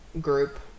group